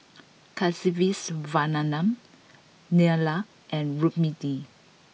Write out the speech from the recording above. Kasiviswanathan Neila and Rukmini